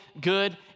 good